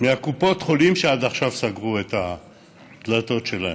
מקופות החולים, שעד עכשיו סגרו את הדלתות שלהן.